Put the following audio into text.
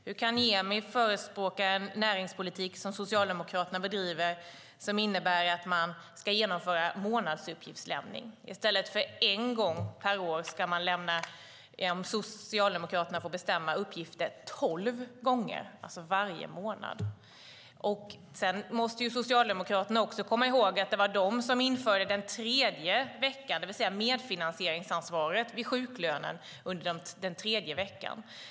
Hur kan Niemi förespråka en näringspolitik, som Socialdemokraterna bedriver, som innebär att man ska genomföra månadsuppgiftslämning? I stället för en gång per år ska man, om Socialdemokraterna får bestämma, lämna uppgifter tolv gånger per år, alltså varje månad. Socialdemokraterna måste också komma ihåg att det var de som införde medfinansieringsansvaret för sjuklön under den tredje veckan.